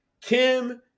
Kim